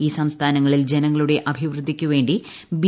ഈ സംസ്ഥാനങ്ങളിൽ ജനങ്ങളുടെ അഭിവൃദ്ധിയ്ക്കുവേണ്ടി ബി